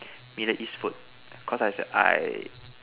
middle east food because I I